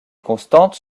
constantes